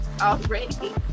already